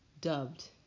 dubbed